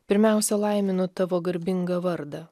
pirmiausia laiminu tavo garbingą vardą